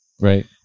Right